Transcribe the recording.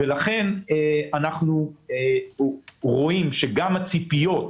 לכן אנחנו רואים שגם הציפיות